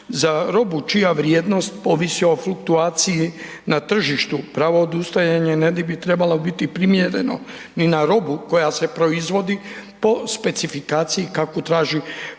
Za robu čija vrijednost ovisi o fluktuaciji na tržištu pravo odustajanje ne bi trebalo biti primjereno ni na robu koja se proizvodi po specifikaciji kakvu traži